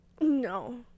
no